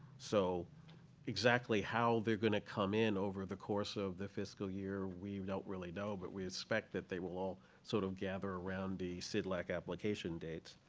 so exactly how they're going to come in over the course of the fiscal year, we don't really know. but we expect that they will all sort of gather around the cdlac application dates.